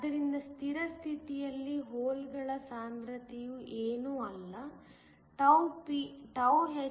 ಆದ್ದರಿಂದ ಸ್ಥಿರ ಸ್ಥಿತಿಯಲ್ಲಿ ಹೋಲ್ಗಳ ಸಾಂದ್ರತೆಯು ಏನೂ ಅಲ್ಲ hGph